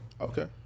Okay